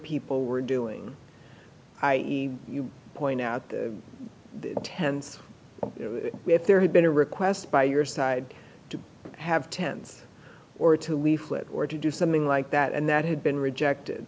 people were doing i you point out tens if there had been a request by your side to have tens or two we flip or to do something like that and that had been rejected